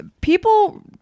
people